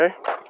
okay